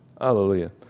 Hallelujah